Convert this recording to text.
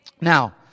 Now